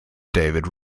david